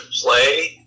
play